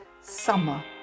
summer